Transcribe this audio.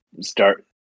start